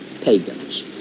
pagans